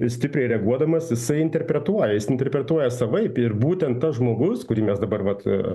stipriai reaguodamas jisai interpretuoja jis interpretuoja savaip ir būtent tas žmogus kurį mes dabar vat